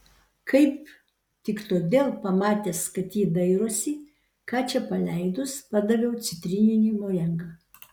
kaip tik todėl pamatęs kad ji dairosi ką čia paleidus padaviau citrininį morengą